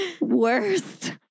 Worst